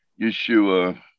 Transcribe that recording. Yeshua